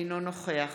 אינו נוכח